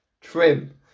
trim